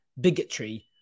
bigotry